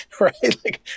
right